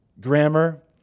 grammar